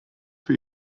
für